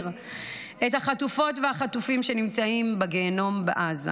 את החטופות והחטופים שנמצאים בגיהינום בעזה,